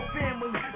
family